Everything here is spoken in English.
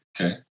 okay